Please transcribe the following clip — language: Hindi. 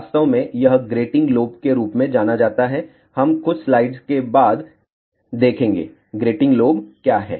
वास्तव में यह ग्रेटिंग लोब के रूप में जाना जाता है हम कुछ स्लाइड्स के बाद देखेंगे ग्रेटिंग लोब क्या है